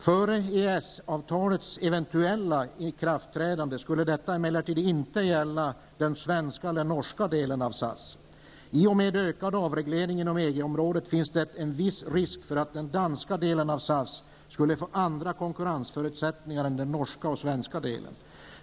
Före EES-avtalets eventuella ikraftträdande skulle detta emellertid inte gälla den svenska och norska delen av SAS. I och med ökad avreglering inom EG-området finns det en viss risk för att den danska delen av SAS skulle få andra konkurrensförutsättningar än den norska och svenska delen.